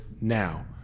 now